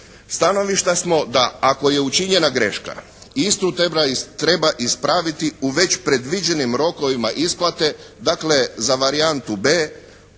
Stanovišta smo da ako je učinjena greška istu tu treba ispraviti u već predviđenim rokovima isplate, dakle za varijantu b)